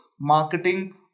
marketing